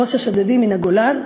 ראש השודדים מן הגולן,